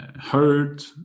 hurt